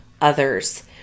others